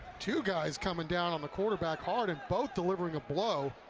two guys coming down on the quarterback hard, and both delivering a blow.